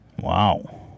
Wow